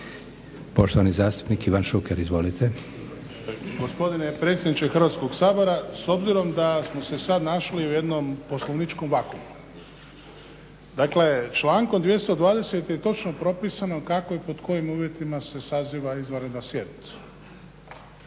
Poštovani zastupnik Ivan Šuker, izvolite. **Šuker, Ivan (HDZ)** Gospodine predsjedniče Hrvatskog sabora, s obzirom da smo se sad našli u jednom poslovničkom vakuumu, dakle člankom 220. je točno propisano kako i pod kojim uvjetima se saziva izvanredna sjednica.